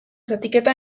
zatiketa